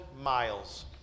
miles